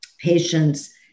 patients